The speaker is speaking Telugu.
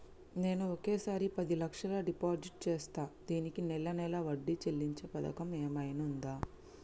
నేను ఒకేసారి పది లక్షలు డిపాజిట్ చేస్తా దీనికి నెల నెల వడ్డీ చెల్లించే పథకం ఏమైనుందా?